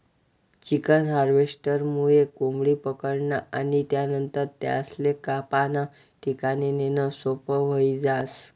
chicken हार्वेस्टरमुये कोंबडी पकडनं आणि त्यानंतर त्यासले कापाना ठिकाणे नेणं सोपं व्हयी जास